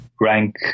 rank